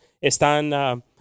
están